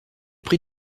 prix